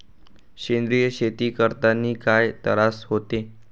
सेंद्रिय शेती करतांनी काय तरास होते?